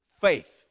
faith